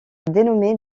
dénommé